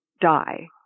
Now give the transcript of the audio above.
die